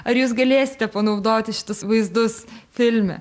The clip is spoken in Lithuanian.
ar jūs galėsite panaudoti šitus vaizdus filme